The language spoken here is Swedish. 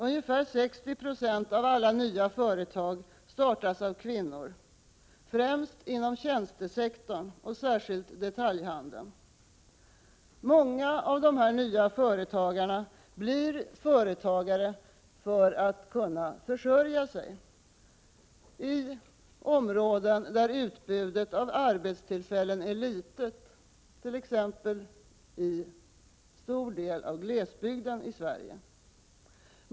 Ungefär 60 90 av alla nya företag startas av kvinnor, främst inom tjänstesektorn och särskilt inom detaljhandeln. Många av de nya företagarna blir företagare för att försörja sig i områden där utbudet av arbetstillfällen är litet, t.ex. i en stor del av den svenska glesbygden.